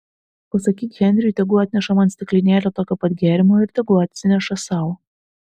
pasakyk henriui tegu atneša man stiklinėlę tokio pat gėrimo ir tegu atsineša sau